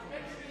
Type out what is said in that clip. חבר הכנסת